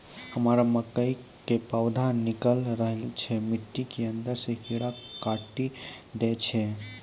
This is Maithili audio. हमरा मकई के पौधा निकैल रहल छै मिट्टी के अंदरे से कीड़ा काटी दै छै?